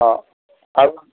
অ আৰু